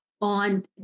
on